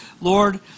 Lord